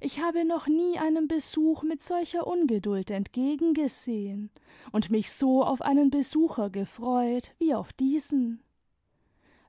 ich habe noch nie einem besuch mit solcher ungeduld entgegengesehen und mich so auf einen besucher gefreut wie auf diesen